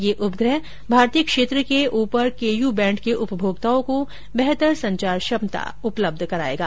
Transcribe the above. यह उपग्रह भारतीय क्षेत्र के ऊपर केयू बैंड के उपभोक्ताओं को बेहतर संचार क्षमता उपलब्ध करायेगा